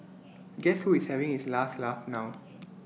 guess who is having his last laugh now